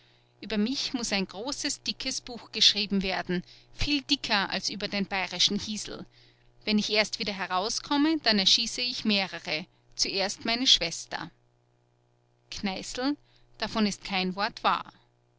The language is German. über mich muß ein großes dickes buch geschrieben werden viel dicker als über den bayerischen hiesel wenn ich erst wieder herauskomme dann erschieße ich mehrere zuerst meine schwester kneißl davon ist kein wort wahr